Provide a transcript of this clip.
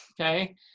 okay